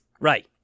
Right